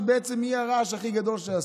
שהיא הרעש הכי גדול שנעשה.